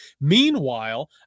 Meanwhile